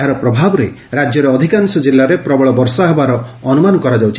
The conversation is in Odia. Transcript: ଏହାର ପ୍ରଭାବରେ ରାଜ୍ୟର ଅଧିକାଂଶ ଜିଲ୍ଲାରେ ପ୍ରବଳ ବର୍ଷା ହେବାର ଅନୁମାନ କରାଯାଉଛି